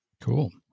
Cool